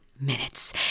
minutes